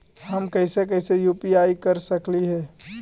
हम कैसे कैसे यु.पी.आई कर सकली हे?